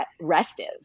restive